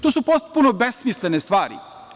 To su potpuno besmislene stvari.